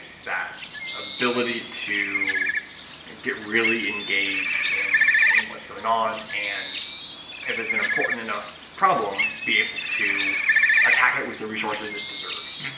that ability to get really engaged in in what's going on and if it's an important problem, be able to attack it with the resources it deserves.